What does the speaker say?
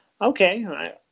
okay